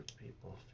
people